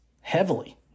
heavily